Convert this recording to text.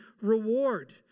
reward